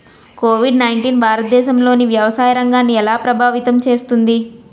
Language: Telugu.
కోవిడ్ నైన్టీన్ భారతదేశంలోని వ్యవసాయ రంగాన్ని ఎలా ప్రభావితం చేస్తుంది?